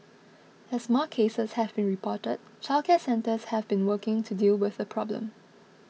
as more cases have been reported childcare centres have been working to deal with the problem